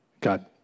God